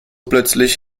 plötzlich